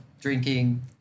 drinking